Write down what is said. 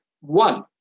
One